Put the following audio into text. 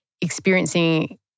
experiencing